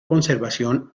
conservación